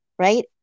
Right